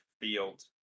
field